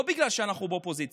לא בגלל שאנחנו באופוזיציה,